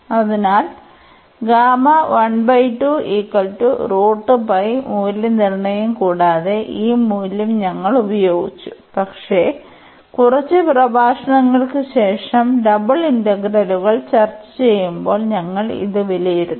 അതിനാൽ മൂല്യനിർണ്ണയം കൂടാതെ ഈ മൂല്യം ഞങ്ങൾ ഉപയോഗിച്ചു പക്ഷേ കുറച്ച് പ്രഭാഷണങ്ങൾക്ക് ശേഷം ഇരട്ട ഇന്റഗ്രലുകൾ ചർച്ചചെയ്യുമ്പോൾ ഞങ്ങൾ ഇത് വിലയിരുത്തും